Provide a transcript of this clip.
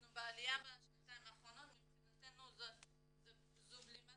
אנחנו בעליה בשנתיים האחרונות, מבחינתנו זו בלימת